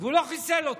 והוא לא חיסל אותו.